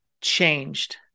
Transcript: changed